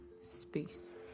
space